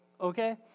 okay